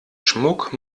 schmuck